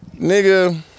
nigga